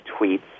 tweets